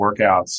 workouts